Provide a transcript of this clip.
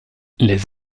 les